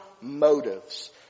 motives